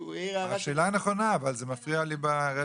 השאלה נכונה, אבל זה מפריע לי ברצף.